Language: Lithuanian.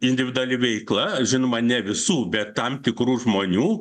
individuali veikla žinoma ne visų bet tam tikrų žmonių